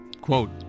Quote